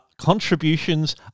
contributions